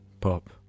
Pop